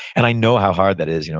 and i know how hard that is, you know